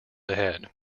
ahead